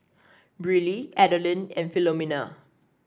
Briley Adeline and Philomena